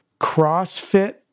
CrossFit